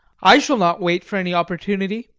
i shall not wait for any opportunity,